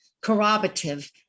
corroborative